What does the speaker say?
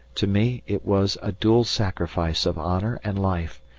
to me it was a dual sacrifice of honour and life,